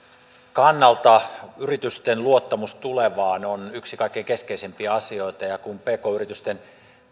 kannalta yritysten luottamus tulevaan on yksi kaikkein keskeisimpiä asioita ja kun pk yritysten